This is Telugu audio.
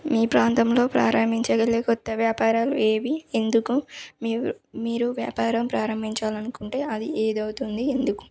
మీ ప్రాంతంలో ప్రారంభించగలిగే కొత్త వ్యాపారాలు ఏవి ఎందుకు మీ మీరు వ్యాపారం ప్రారంభించాలనుకుంటే అది ఏదవుతుంది ఎందుకు